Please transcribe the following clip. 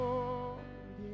Lord